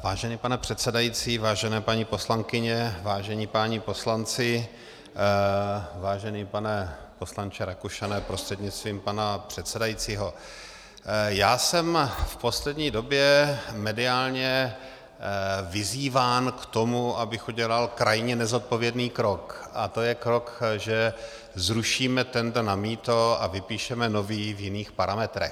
Vážený pane předsedající, vážené paní poslankyně, vážení páni poslanci, vážený pane poslanče Rakušane prostřednictvím pana předsedajícího, já jsem v poslední době mediálně vyzýván k tomu, abych udělal krajně nezodpovědný krok, a to je krok, že zrušíme tendr na mýto a vypíšeme nový v jiných parametrech.